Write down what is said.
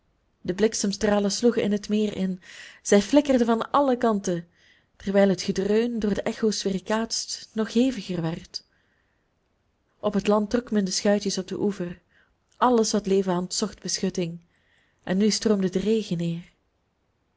de bliksemstralen sloegen in het meer in zij flikkerden van alle kanten terwijl het gedreun door de echo's weerkaatst nog heviger werd op het land trok men de schuitjes op den oever alles wat leven had zocht beschutting en nu stroomde de regen neer